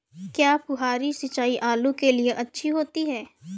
क्या फुहारी सिंचाई आलू के लिए अच्छी होती है?